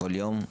כל יום?